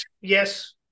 yes